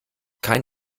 kein